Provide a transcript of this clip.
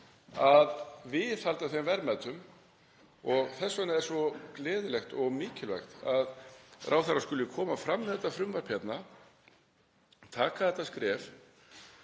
að viðhalda þeim verðmætum. Þess vegna er svo gleðilegt og mikilvægt að ráðherra skuli koma fram með þetta frumvarp hérna, taka þetta skref,